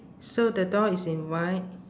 so the door is in white